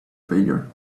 failure